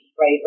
right